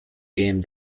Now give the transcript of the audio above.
game